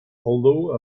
although